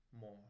more